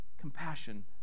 compassion